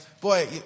boy